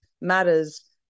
matters